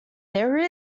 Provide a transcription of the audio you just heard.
there